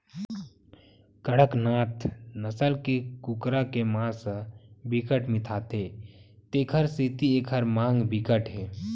कड़कनाथ नसल के कुकरा के मांस ह बिकट मिठाथे तेखर सेती एखर मांग बिकट हे